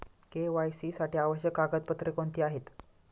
KYC साठी आवश्यक कागदपत्रे कोणती आहेत?